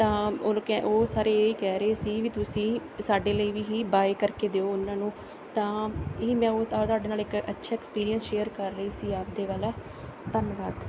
ਤਾਂ ਉਹ ਲੋਕ ਕਹਿ ਉਹ ਸਾਰੇ ਇਹ ਹੀ ਕਹਿ ਰਹੇ ਸੀ ਵੀ ਤੁਸੀਂ ਸਾਡੇ ਲਈ ਵੀ ਹੀ ਬਾਏ ਕਰਕੇ ਦਿਓ ਉਹਨਾਂ ਨੂੰ ਤਾਂ ਇਹ ਮੈਂ ਉਹ ਤੁਹਾਡੇ ਨਾਲ ਇੱਕ ਅੱਛਾ ਐਕਸਪੀਰੀਅੰਸ ਸ਼ੇਅਰ ਕਰ ਰਹੀ ਸੀ ਆਪਣੇ ਵਾਲਾ ਧੰਨਵਾਦ